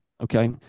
Okay